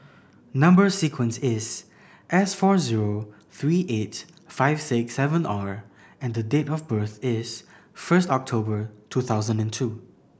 number sequence is S four zero three eight five six seven R and date of birth is first October two thousand and two